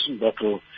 battle